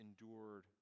endured